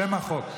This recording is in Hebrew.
שם החוק.